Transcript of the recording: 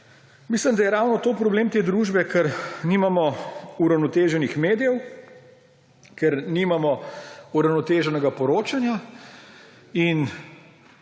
Mislim, da je ravno to problem te družbe, ker nimamo uravnoteženih medijev, ker nimamo uravnoteženega poročanja, in